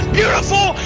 beautiful